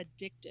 addictive